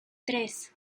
tres